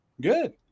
Good